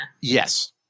Yes